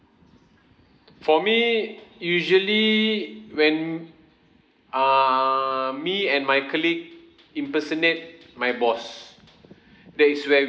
for me usually when err me and my colleague impersonate my boss that is when